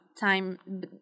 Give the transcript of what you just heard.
time